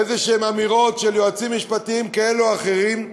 באמירות כלשהן של יועצים משפטיים כאלה ואחרים.